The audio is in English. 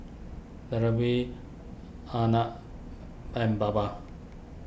Dhirubhai Arnab and Baba